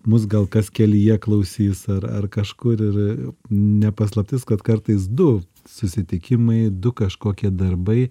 mus gal kas kelyje klausys ar ar kažkur ir ir e ne paslaptis kad kartais du susitikimai du kažkokie darbai